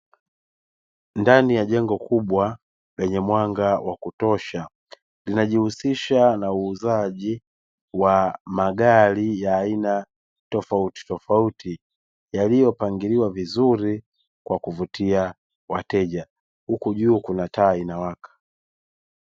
Ndani ya jengo kubwa lenye mwanga wa kutosha, linajihusisha na uuzaji wa magari ya aina tofautitofauti, yaliyopangiliwa vizuri kwa kuvutia wateja; huku juu kuna taa inawaka.